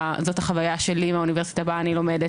זו החוויה שלי מהאוניברסיטה בה אני לומדת,